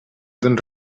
tens